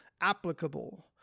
applicable